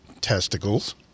testicles